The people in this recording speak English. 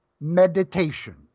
meditation